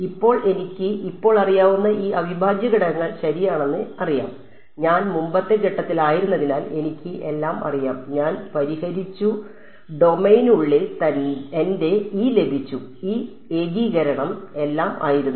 ഇപ്പോൾ എനിക്ക് ഇപ്പോൾ അറിയാവുന്ന ഈ അവിഭാജ്യഘടകങ്ങൾ ശരിയാണെന്ന് എനിക്കറിയാം ഞാൻ മുമ്പത്തെ ഘട്ടത്തിലായിരുന്നതിനാൽ എനിക്ക് എല്ലാം അറിയാം ഞാൻ പരിഹരിച്ചു ഡൊമെയ്നിനുള്ളിൽ എന്റെ E ലഭിച്ചു ഈ ഏകീകരണം എല്ലാം ആയിരുന്നു